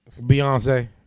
Beyonce